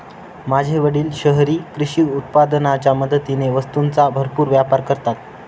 माझे वडील शहरी कृषी उत्पादनाच्या मदतीने वस्तूंचा भरपूर व्यापार करतात